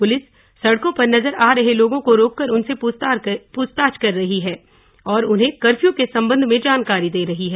police सड़कों पर नजर आ रहे लोगों को रोककर उनसे पूछताछ कर रही है और उन्हें कर्फ्यू के संबंध में जानकारी दे रही है